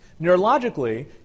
neurologically